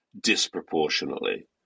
disproportionately